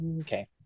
okay